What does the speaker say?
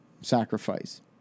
sacrifice